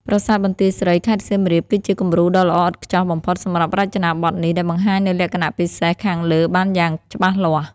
ប្រាសាទបន្ទាយស្រី (ខេត្តសៀមរាប) គឺជាគំរូដ៏ល្អឥតខ្ចោះបំផុតសម្រាប់រចនាបថនេះ ដែលបង្ហាញនូវលក្ខណៈពិសេសខាងលើបានយ៉ាងច្បាស់លាស់។